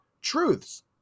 truths